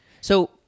So-